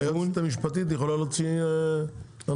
אבל היועצת המשפטית יכולה להוציא הנחייה.